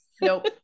Nope